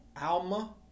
Alma